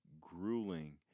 grueling